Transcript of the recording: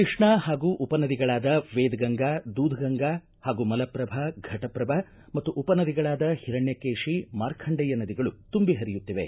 ಕೃಷ್ಣಾ ಹಾಗೂ ಉಪ ನದಿಗಳಾದ ವೇದಗಂಗಾ ದೂಧಗಂಗಾ ಹಾಗೂ ಮಲಪ್ರಭಾ ಘಟಪ್ರಭಾ ಮತ್ತು ಉಪ ನದಿಗಳಾದ ಹಿರಣ್ಯಕೇಶಿ ಮಾರ್ಕಂಡೇಯ ನದಿಗಳು ತುಂಬಿ ಪರಿಯುತ್ತಿವೆ